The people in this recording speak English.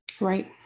Right